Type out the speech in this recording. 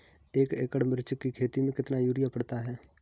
एक एकड़ मिर्च की खेती में कितना यूरिया पड़ता है?